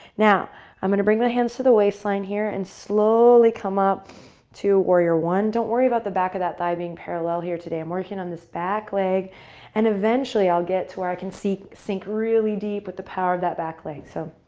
now i'm going to bring the hands to the waist line here and slowly come up to warrior one. don't worry about the back of that thigh being parallel here today. i'm working on this back leg and eventually i'll get to where i can sink sink really deep with the power of that back leg, so